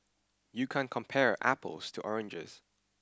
you can't compare apples to oranges